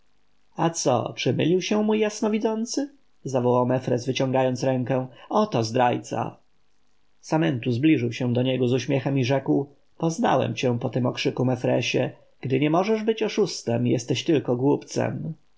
co czy mylił się mój jasnowidzący zawołał mefres wyciągając rękę oto zdrajca samentu zbliżył się do niego z uśmiechem i rzekł poznałem cię po tym okrzyku mefresie gdy nie możesz być oszustem jesteś tylko głupcem